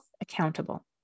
accountable